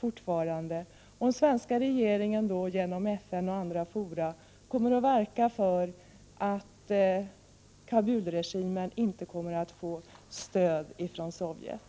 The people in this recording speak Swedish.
Kommer den svenska regeringen att i FN och andra fora verka för att Kabul-regimen inte skall få stöd från Sovjet?